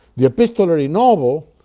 the epistolary novel